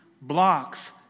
blocks